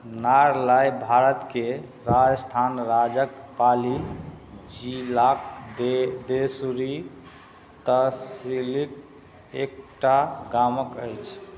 नारलाई भारतके राजस्थान राज्यके पाली जिलाके दे देसूरी तहसीलके एक टा गामक अछि